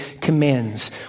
commands